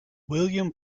william